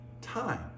time